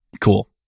Cool